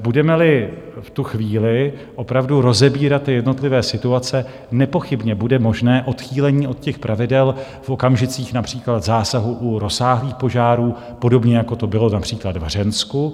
Budemeli v tu chvíli opravdu rozebírat jednotlivé situace, nepochybně bude možné odchýlení od těch pravidel v okamžicích například zásahu u rozsáhlých požárů, podobně jako to bylo například v Hřensku.